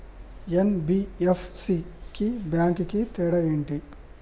NBFC కి bank కి తేడా ఏంటి?